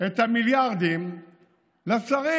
את המיליארדים לשרים.